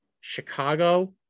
chicago